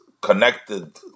connected